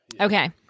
Okay